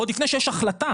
עוד לפני שיש החלטה,